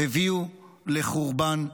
הביאו לחורבן ולגלות.